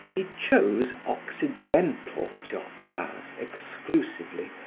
he chose occidental turquoises exclusively,